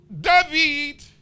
David